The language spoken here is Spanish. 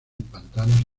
pantanos